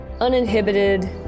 uninhibited